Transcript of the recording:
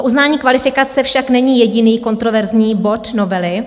Uznání kvalifikace však není jediný kontroverzní bod novely.